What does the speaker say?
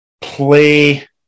play